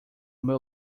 meu